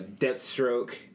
Deathstroke